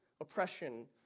oppression